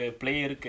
player